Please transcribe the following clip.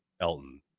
Elton